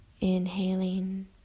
Inhaling